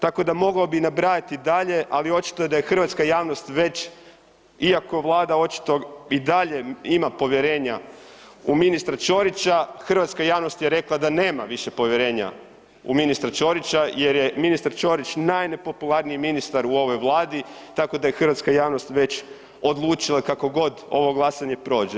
Tako da, mogao bi nabrajati i dalje, ali očito je da je hrvatska javnost već, iako Vlada očito i dalje ima povjerenja u ministra Ćorića, hrvatska javnost je rekla da nema više povjerenja u ministra Ćorića jer je ministar Ćorić najnepopularniji ministar u ovoj Vladi, tako da je hrvatska javnost već odlučila kako god ovo glasanje prođe.